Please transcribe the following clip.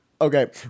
Okay